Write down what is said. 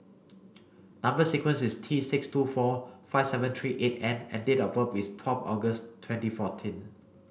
number sequence is T six two four five seven three eight N and date of birth is twelve August twenty fourteen